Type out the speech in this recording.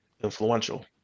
influential